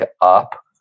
up